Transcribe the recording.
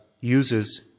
uses